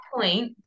point